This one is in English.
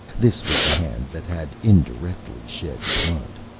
this was the hand that had, indirectly, shed blood.